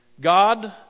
God